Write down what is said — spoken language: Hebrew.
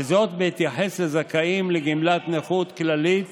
וזאת בהתייחס לזכאים לגמלת נכות כללית